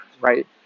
right